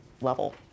level